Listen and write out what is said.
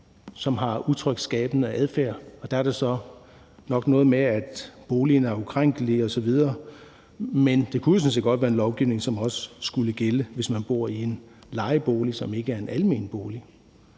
som havde utryghedsskabende adfærd. Der er det så nok noget med, at boligen er ukrænkelig osv. Men det kunne jo sådan set godt være en lovgivning, som også skulle gælde for dem, der bor i en lejebolig, som ikke er en almen bolig.